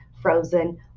Frozen